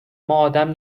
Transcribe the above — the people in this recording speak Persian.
ادم